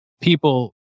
People